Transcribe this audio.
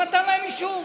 הוא נתן להם אישור.